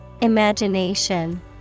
Imagination